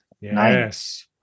yes